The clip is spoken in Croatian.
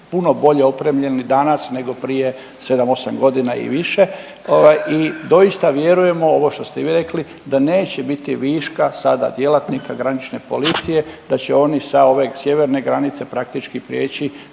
puno bolje opremljeni danas nego prije 7-8.g. i više ovaj i doista vjerujemo u ovo što ste i vi rekli da neće biti viška sada djelatnika granične policije, da će oni sa ove sjeverne granice praktički priječi